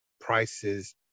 prices